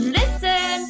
listen